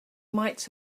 might